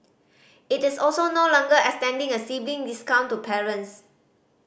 it is also no longer extending a sibling discount to parents